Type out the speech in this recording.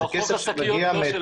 חוק השקיות לא שלהם.